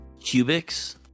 cubics